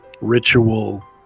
ritual